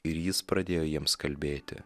ir jis pradėjo jiems kalbėti